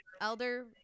elder